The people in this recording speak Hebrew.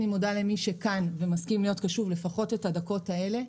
אני מודה למי שכאן ומסכים להיות קשוב לפחות את הדקות האלה,